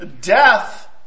death